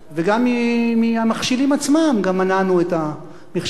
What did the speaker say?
וגם מהמכשילים עצמם מנענו את המכשול,